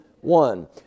one